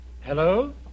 Hello